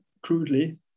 crudely